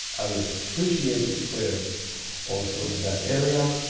i would appreciate your prayers also in that area.